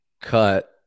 cut